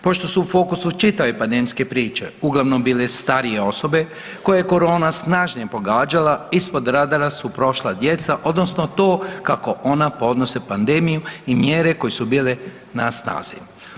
Pošto su u fokusu čitave pandemijske priče uglavnom bile starije osobe koje je korona snažnije pogađala, ispod radara su prošla djeca, odnosno to kako ona podnose pandemiju i mjere koje su bile na snazi.